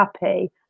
happy